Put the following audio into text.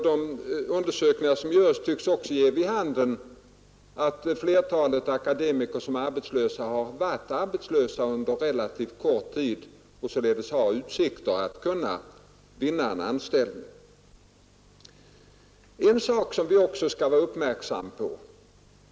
De undersökningar som görs tycks också ge vid handen att flertalet akademiker som är arbetslösa har varit det under relativt kort tid och således har utsikter att kunna vinna en anställning.